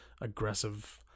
aggressive